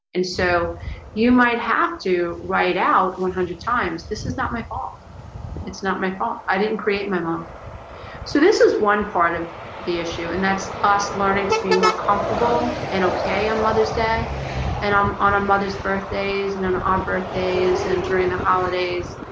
and so you might have to write out one hundred times. this is not my fault it's not my fault. i didn't create my mom so this is one part of the issue and that's us learning to be more comfortable and okay on mother's day and i'm on a mother's birthday's and then on birthdays and during the holidays,